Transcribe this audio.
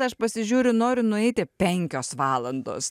aš pasižiūriu noriu nueiti penkios valandos